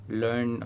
learn